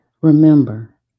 Remember